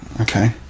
okay